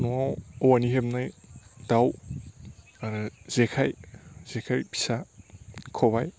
न'आव औवानि हेबनाय दाव आरो जेखाय जेखाय फिसा खबाय